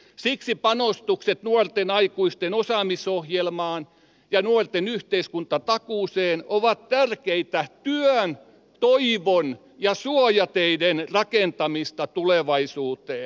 siksi panostukset nuorten aikuisten osaamisohjelmaan ja nuorten yhteiskuntatakuuseen ovat tärkeää työn toivon ja suojateiden rakentamista tulevaisuuteen